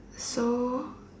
so